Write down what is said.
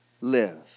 live